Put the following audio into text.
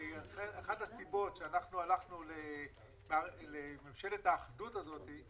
אחת הסיבות שאנחנו הלכנו לממשלת האחדות הזאת היא